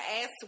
ass